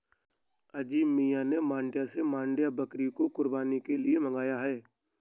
अजीम मियां ने मांड्या से मांड्या बकरी को कुर्बानी के लिए मंगाया है